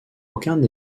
aucun